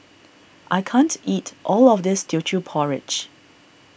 I can't eat all of this Teochew Porridge